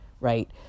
right